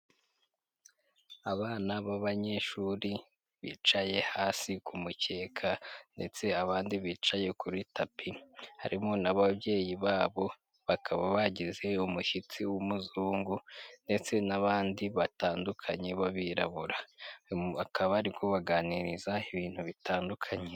Abana b'abanyeshuri bicaye hasi ku mukeka ndetse abandi bicaye kuri tapi, harimo n'ababyeyi babo bakaba bagize umushyitsi w'umuzungu ndetse n'abandi batandukanye b'abirabura, bakaba bari kubaganiriza ibintu bitandukanye.